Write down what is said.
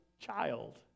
child